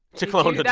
to clone the